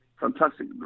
fantastic